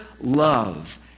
love